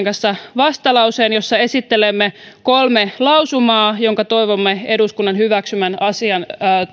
kanssa vastalauseen jossa esittelemme kolme lausumaa jotka toivomme eduskunnan hyväksyvän asian